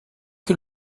que